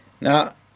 now